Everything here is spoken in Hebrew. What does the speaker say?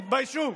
תתביישו.